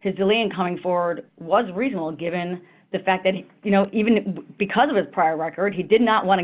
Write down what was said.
his delay in coming forward was reasonable given the fact that you know even because of his prior record he did not want to